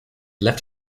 left